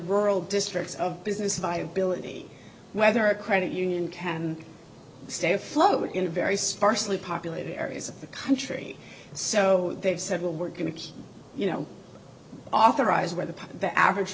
rural districts of business viability whether a credit union can stay afloat in a very sparsely populated areas of the country so they've said well we're going to you know authorize where the part of the average